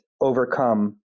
overcome